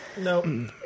No